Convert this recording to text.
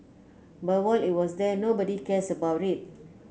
but while it was there nobody cares about it